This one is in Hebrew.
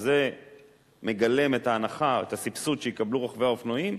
שזה מגלם את ההנחה או את הסבסוד שיקבלו רוכבי האופנועים,